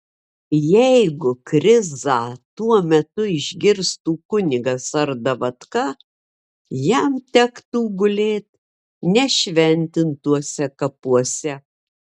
jeigu krizą tuo metu išgirstų kunigas ar davatka jam tektų gulėt nešventintuose kapuose